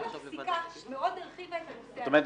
גם הפסיקה מאוד הרחיבה את הנושא הזה --- זאת אומרת,